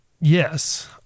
Yes